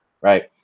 right